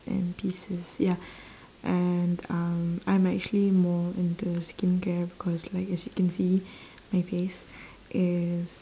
and pieces ya and um I'm actually more into skincare because like as you can see my face is